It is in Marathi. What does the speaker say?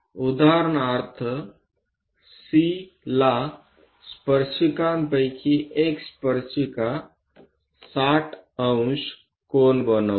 आणि उदाहरणार्थ C ला स्पर्शिकांपैकी एक स्पर्शिका 600 कोन बनविते